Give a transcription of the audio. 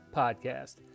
podcast